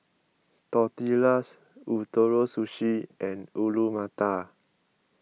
Tortillas Ootoro Sushi and Alu Matar